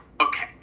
okay